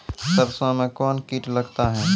सरसों मे कौन कीट लगता हैं?